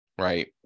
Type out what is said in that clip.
right